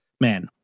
man